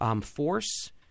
force